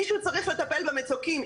מישהו צריך לטפל במצוקים.